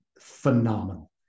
phenomenal